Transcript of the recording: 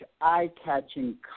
eye-catching